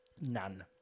None